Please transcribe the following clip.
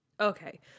Okay